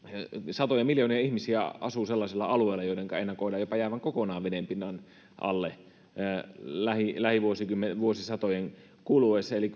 satoja miljoonia ihmisiä asuu sellaisilla alueilla joidenka ennakoidaan jäävän jopa kokonaan vedenpinnan alle lähivuosisatojen lähivuosisatojen kuluessa eli